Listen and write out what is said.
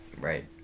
right